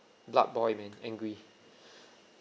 blood boil man angry